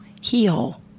heal